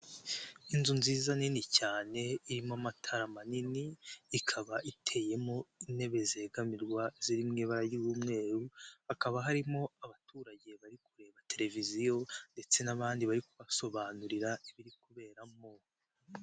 Inzu nziza nini cyane, irimo amatara manini, ikaba iteyemo intebe zegamirwa ziri mu ibara ry'umweru, hakaba harimo abaturage bari kureba televiziyo ndetse n'abandi bari kubasobanurira, ibiri kuberamo.